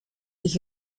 ich